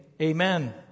Amen